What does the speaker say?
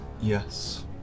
Yes